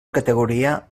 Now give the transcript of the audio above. categoria